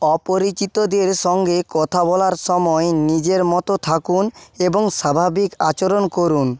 অপরিচিতদের সঙ্গে কথা বলার সময় নিজের মতো থাকুন এবং স্বাভাবিক আচরণ করুন